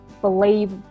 believe